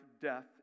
death